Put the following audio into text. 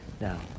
now